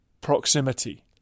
proximity